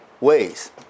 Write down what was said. ways